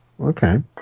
Okay